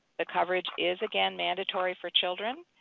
the coverage is again mandatory for children,